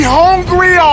hungry